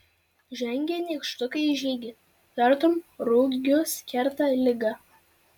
žengia nykštukai į žygį tartum rugius kerta ligą